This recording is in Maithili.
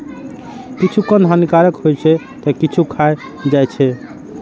किछु कंद हानिकारक होइ छै, ते किछु खायल जाइ छै